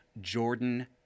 Jordan